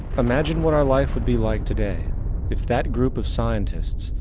imagine what our life would be like today if that group of scientists,